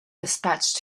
dispatched